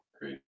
Great